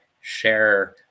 share